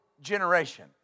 generation